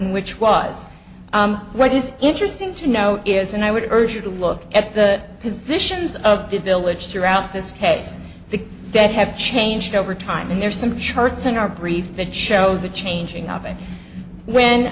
which was what is interesting to note is and i would urge you to look at the positions of the village throughout this case the that have changed over time and there are some charts in our brief that show the changing of it when